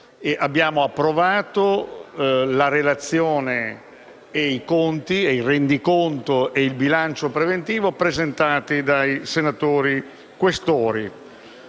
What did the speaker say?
Abbiamo approvato la relazione, il rendiconto e il bilancio preventivo presentati dai senatori Questori.